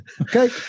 okay